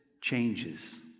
changes